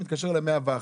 הוא מתקשר ל-101.